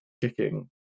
kicking